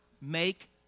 make